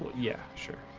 yeah. sure